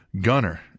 Gunner